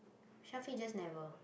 Shafiq just never